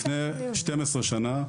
לפני 12 שנה,